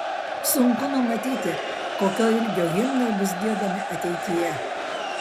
sunku numatyti kokio ilgio himnai bus giedami ateityje